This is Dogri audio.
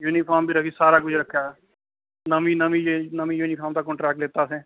यूनिफार्म बगैरा बी सारा कुछ रक्खे दा नमीं नमीं नमीं यूनिफार्म दा कोन्ट्रैक्ट लैता असें